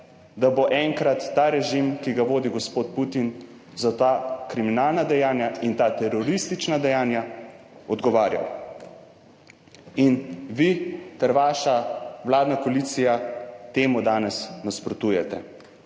da bo enkrat ta režim, ki ga vodi gospod Putin, za ta kriminalna dejanja in ta teroristična dejanja odgovarjal. In vi ter vaša vladna koalicija temu danes nasprotujete